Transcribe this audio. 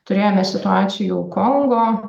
turėjome situacijų kongo